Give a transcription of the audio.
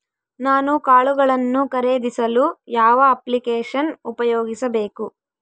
ನಾನು ಕಾಳುಗಳನ್ನು ಖರೇದಿಸಲು ಯಾವ ಅಪ್ಲಿಕೇಶನ್ ಉಪಯೋಗಿಸಬೇಕು?